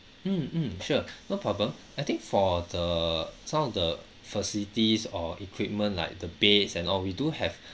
mm mm sure no problem I think for the so the facilities or equipment like the beds and all we do have